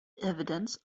evidence